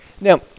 Now